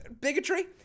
Bigotry